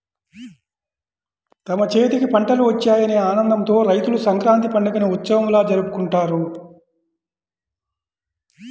తమ చేతికి పంటలు వచ్చాయనే ఆనందంతో రైతులు సంక్రాంతి పండుగని ఉత్సవంలా జరుపుకుంటారు